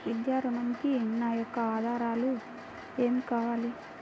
విద్యా ఋణంకి నా యొక్క ఆధారాలు ఏమి కావాలి?